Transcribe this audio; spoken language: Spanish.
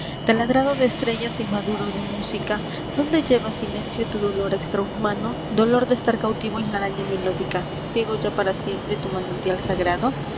taladrado de estrellas y maduro de música dónde llevas silencio tu dolor extrahumano dolor de estar cautivo en la araña melódica ciego ya para siempre tu manantial sagrado